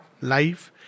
life